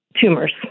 tumors